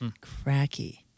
Cracky